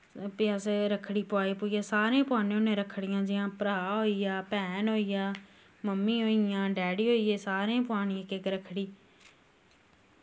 फ्ही अस रक्खड़ी पोआई पूईयै सारें गी पोआने होन्ने रक्खड़ी जियां भ्राह् होईया भैन होईयै मम्मी होईयां डैड़ी होईये सारें पोआनी इक इक रक्खड़ी